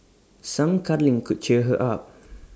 some cuddling could cheer her up